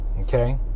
Okay